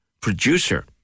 producer